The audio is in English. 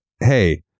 hey